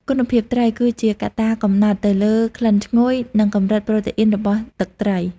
គុណភាពត្រី គឺជាកត្តាកំណត់ទៅលើក្លិនឈ្ងុយ និងកម្រិតប្រូតេអ៊ីនរបស់ទឹកត្រី។